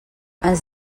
ens